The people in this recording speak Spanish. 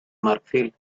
marfil